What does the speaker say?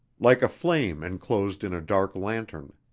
like a flame enclosed in a dark lantern.